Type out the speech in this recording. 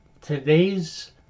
Today's